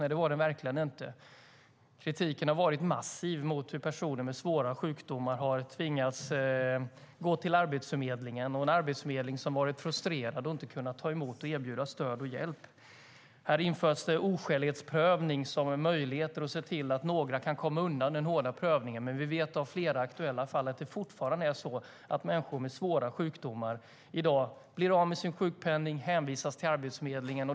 Nej, det var den verkligen inte; kritiken har varit massiv mot hur personer med svåra sjukdomar har tvingats gå till Arbetsförmedlingen, en arbetsförmedling som har varit frustrerad och inte har kunnat emot och erbjuda stöd och hjälp. Här införs oskälighetsprövning som en möjlighet att se till att några kan komma undan den hårda prövningen, men vi vet av flera aktuella fall att det fortfarande är så att människor med svåra sjukdomar i dag blir av med sin sjukpenning och hänvisas till Arbetsförmedlingen.